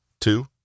Two